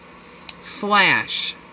Flash